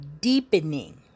deepening